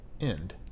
End